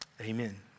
amen